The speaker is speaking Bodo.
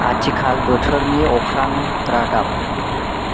आथिखाल बोथोरनि अख्रां रादाब